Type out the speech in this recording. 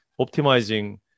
optimizing